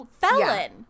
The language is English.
felon